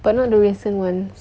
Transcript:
but not the recent ones